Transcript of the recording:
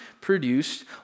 produced